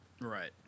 Right